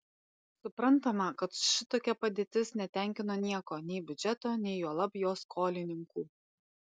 suprantama kad šitokia padėtis netenkino nieko nei biudžeto nei juolab jo skolininkų